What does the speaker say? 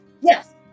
Yes